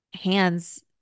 hands